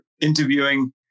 interviewing